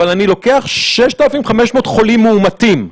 אבל אני לא לוקח 6,500 חולים מאומתים.